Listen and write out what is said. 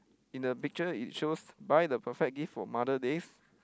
in the picture it shows buy the perfect gift for mother days